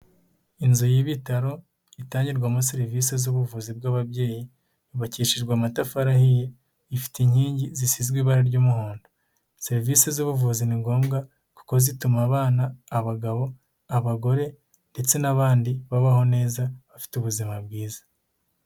Inzu y'ibitaro itangirwamo serivisi z'ubuvuzi bw'ababyeyi yubakishijwe amatafari ahiye, ifite inkingi zisizwe ibara ry'umuhondo. Serivisi z'ubuvuzi ni ngombwa kuko zituma abana, abagabo, abagore ndetse n'abandi babaho neza bafite ubuzima bwiza.